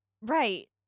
Right